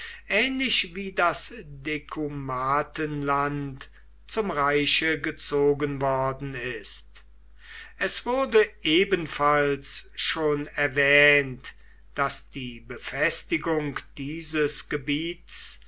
ähnlich wie das decumatenland zum reiche gezogen worden ist es wurde ebenfalls schon erwähnt daß die befestigung dieses gebiets